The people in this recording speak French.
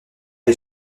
est